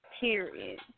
period